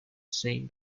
same